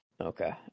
Okay